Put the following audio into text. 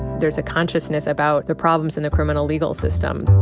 there's a consciousness about the problems in criminal legal system.